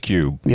Cube